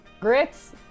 grits